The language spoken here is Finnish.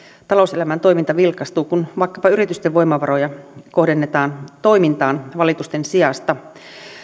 talouselämän toiminta vilkastuu kun vaikkapa yritysten voimavaroja kohdennetaan toimintaan valitusten sijasta